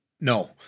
No